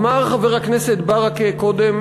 אמר חבר הכנסת ברכה קודם,